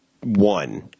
one